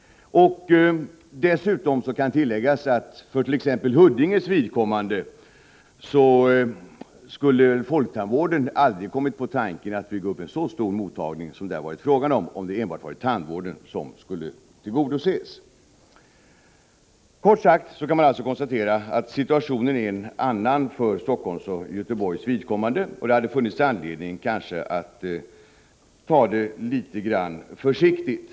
Dessutom skall tilläggas att man för t.ex. Huddinges vidkommande när det gäller folktandvården aldrig hade kommit på tanken att bygga en så stor mottagning som det varit fråga om, om det enbart varit tandvården som skulle tillgodoses. Kort sagt är situationen en annan för Helsingforss och Göteborgs vidkommande. Det hade kanske funnits anledning att ta det litet försiktigt.